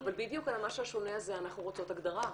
אבל בדיוק על המשהו השונה הזה אנחנו רוצות הגדרה.